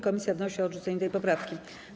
Komisja wnosi o odrzucenie tej poprawki.